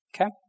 Okay